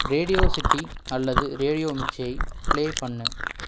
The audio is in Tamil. ரேடியோ சிட்டி அல்லது ரேடியோ மிர்ச்சியை பிளே பண்ணு